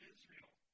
Israel